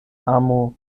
amo